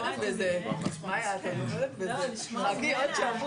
יש שניים